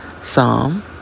Psalm